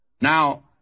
Now